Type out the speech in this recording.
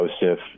Joseph